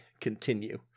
continue